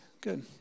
good